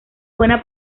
buena